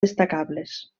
destacables